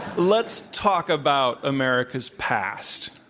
let's talk about america's past.